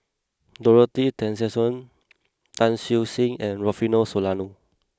Dorothy Tessensohn Tan Siew Sin and Rufino Soliano